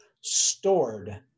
stored